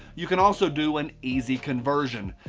you can also do an easy conversion.